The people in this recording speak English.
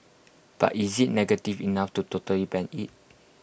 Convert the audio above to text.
but is IT negative enough to totally ban IT